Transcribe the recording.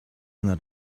not